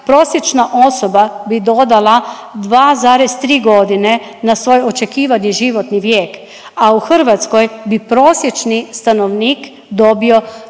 prosječna osoba bi dodala 2,3 godine na svoj očekivani životni vijek, a u Hrvatskoj bi prosječni stanovnik dobio